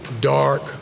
dark